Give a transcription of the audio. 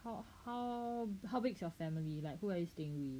how how how big is your family like who are you staying with